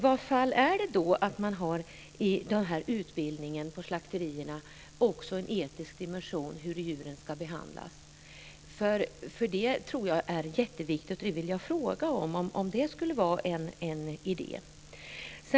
Skulle man inte i utbildningen på slakterierna också kunna ha en etisk dimension, hur djuren ska behandlas? Det tror jag är jätteviktigt, och jag vill fråga om det skulle kunna vara en idé.